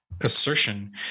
assertion